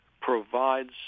provides